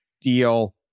deal